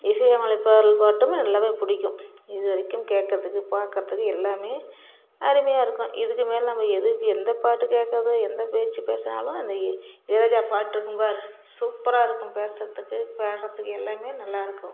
இசையமைப்பாளர் பாட்டுமே எல்லாமே பிடிக்கும் இதுவரைக்கும் கேட்கறதுக்கு பார்க்கறதுக்கு எல்லாமே அருமையாக இருக்கும் இதுக்கு மேலே நம்ம எதுக்கு எந்த பாட்டு கேட்கறது எந்த பேச்சு பேசுனாலும் அந்த இ இளையராஜா பாட்டு இருக்கும்பார் சூப்பராக இருக்கும் பேசுறதுக்கு பாடுறதுக்கு எல்லாமே நல்லா இருக்கும்